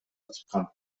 чыккан